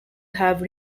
have